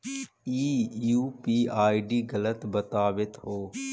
ई UPI ID गलत बताबीत हो